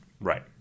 right